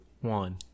one